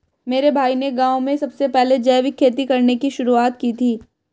मेरे भाई ने गांव में सबसे पहले जैविक खेती करने की शुरुआत की थी